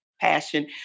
passion